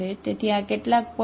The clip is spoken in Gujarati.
તેથી આ કેટલાક પડોશી છે